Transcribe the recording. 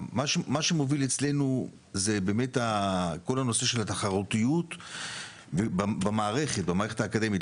מה שמוביל אצלנו זה באמת כל הנושא של התחרותיות במערכת האקדמית,